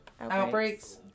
outbreaks